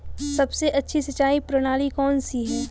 सबसे अच्छी सिंचाई प्रणाली कौन सी है?